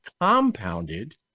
compounded